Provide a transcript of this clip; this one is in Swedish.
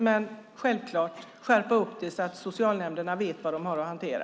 Men självklart ska riktlinjerna skärpas så att socialnämnderna vet vad de har att hantera.